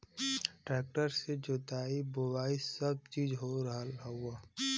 tractor से जोताई बोवाई सब चीज हो रहल हौ